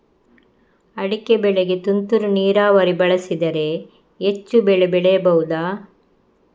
ಅಡಿಕೆ ಬೆಳೆಗೆ ತುಂತುರು ನೀರಾವರಿ ಬಳಸಿದರೆ ಹೆಚ್ಚು ಬೆಳೆ ಬೆಳೆಯಬಹುದಾ?